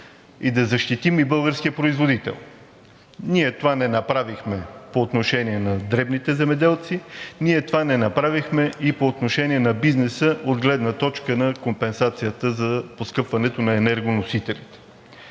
и защитим и българския производител. Ние това не направихме по отношение на дребните земеделци. Ние това не направихме и по отношение на бизнеса от гледна точка на компенсацията за поскъпването на енергоносителите.